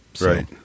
Right